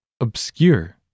Obscure